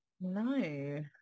No